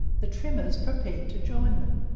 the trimmers prepared to join them.